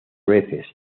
veces